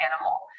animal